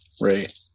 Right